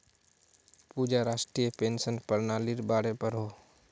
पूजा राष्ट्रीय पेंशन पर्नालिर बारे पढ़ोह